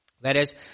Whereas